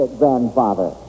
grandfather